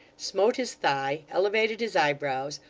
smote his thigh, elevated his eyebrows,